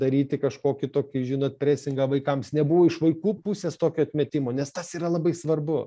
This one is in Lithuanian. daryti kažkokį tokį žinot presigą vaikams nebuvo iš vaikų pusės tokio atmetimo nes tas yra labai svarbu